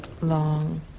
long